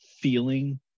feeling